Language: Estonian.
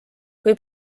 kui